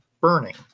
burning